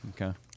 Okay